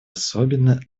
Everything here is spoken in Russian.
особенно